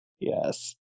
Yes